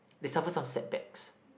they suffer some setback